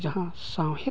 ᱡᱟᱦᱟᱸ ᱥᱟᱶᱦᱮᱫ